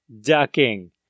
ducking